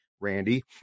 Randy